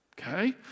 Okay